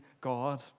God